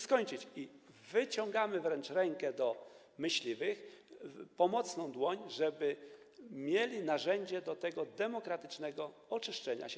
skończyć i wyciągamy wręcz rękę do myśliwych, pomocną dłoń, żeby mieli oni narzędzie do demokratycznego oczyszczenia się.